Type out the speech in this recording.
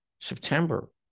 September